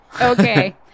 Okay